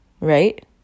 Right